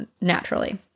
naturally